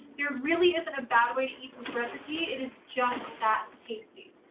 there really isn't a bad way to eat this recipe. it is just that tasty.